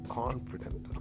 confident